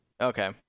Okay